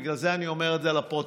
בגלל זה אני אומר את זה לפרוטוקול,